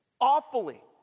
awfully